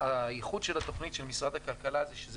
הייחוד של התוכנית של משרד הכלכלה הוא שאלה